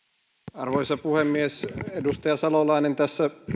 arvoisa puhemies edustaja salolainen tässä